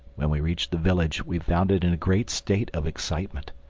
when we reached the village we found it in a great state of excitement.